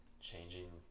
changing